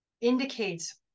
indicates